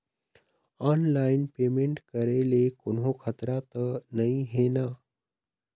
Online payment करे ले कोन्हो खतरा त नई हे न?